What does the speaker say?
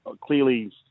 clearly